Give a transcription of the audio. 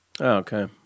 Okay